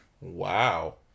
Wow